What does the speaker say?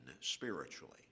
spiritually